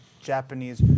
Japanese